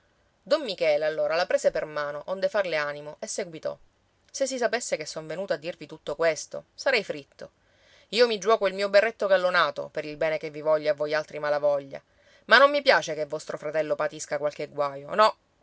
don michele allora la prese per mano onde farle animo e seguitò se si sapesse che son venuto a dirvi tutto questo sarei fritto io mi giuoco il mio berretto gallonato per il bene che vi voglio a voi altri malavoglia ma non mi piace che vostro fratello patisca qualche guaio no